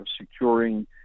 securing